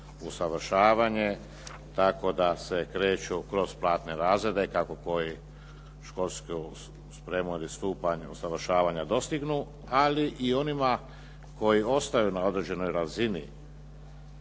usavršavanje tako da se kreću kroz platne razrede, kako koji školsku spremu ili stupanj usavršavanja dostignu, ali i onima koji ostaju na određenoj razini